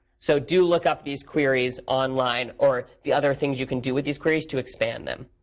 so do look up these queries online or the other things you can do with these queries to expand them.